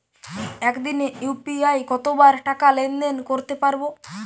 একদিনে ইউ.পি.আই কতবার টাকা লেনদেন করতে পারব?